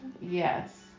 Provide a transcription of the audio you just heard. Yes